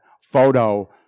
photo